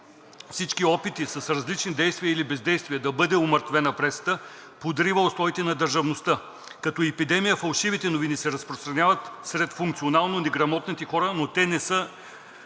Всички опити с различни действия или бездействия да бъде умъртвена пресата подрива устоите на държавността. Като епидемия фалшивите новини се разпространяват сред функционално неграмотните хора, но те не са